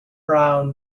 brown